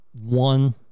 one